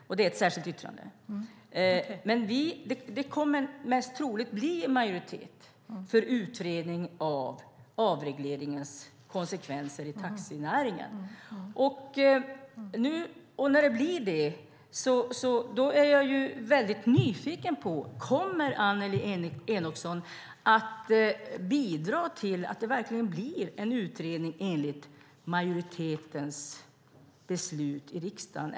Men det kommer troligen att bli en majoritet för utredning av konsekvenserna av taxinäringens avreglering. Om det blir det är jag väldigt nyfiken på om Annelie Enochson kommer att bidra till att en utredning verkligen kommer till stånd i enlighet med majoritetens beslut i riksdagen.